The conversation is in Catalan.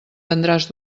vendràs